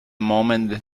moment